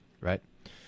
right